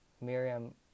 Miriam